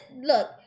look